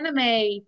anime